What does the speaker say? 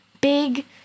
big